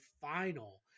final